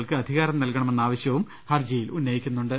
കൾക്ക് അധികാരം നൽകണമെന്ന ആവശ്യവും ഹർജിയിൽ ഉന്നയിക്കുന്നുണ്ട്